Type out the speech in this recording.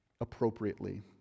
appropriately